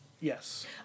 Yes